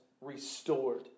restored